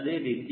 ಅದೇ ರೀತಿ